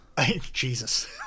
Jesus